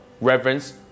reverence